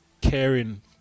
caring